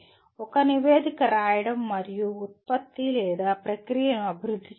ఒక నివేదిక రాయడం మరియు ఉత్పత్తి లేదా ప్రక్రియను అభివృద్ధి చేయడం